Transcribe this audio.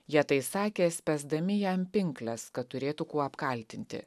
jie tai sakė spęsdami jam pinkles kad turėtų kuo apkaltinti